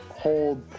hold